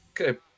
Okay